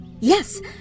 Yes